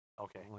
Okay